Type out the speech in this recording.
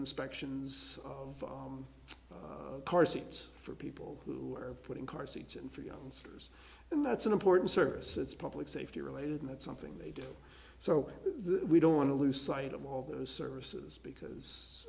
inspections of car seats for people who are putting car seats in for youngsters and that's an important service it's public safety related and that's something they do so we don't want to lose sight of all those services because